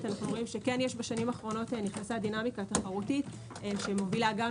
בשנים האחרונות נכנסה דינמיקה תחרותית שמובילה גם